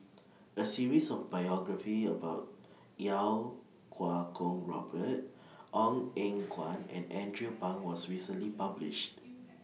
A series of biographies about Iau Kuo Kwong Robert Ong Eng Guan and Andrew Phang was recently published